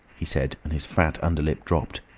he said, and his fat underlip dropped.